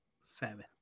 Seven